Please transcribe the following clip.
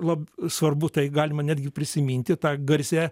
lab svarbu tai galima netgi prisiminti tą garsią